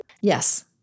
Yes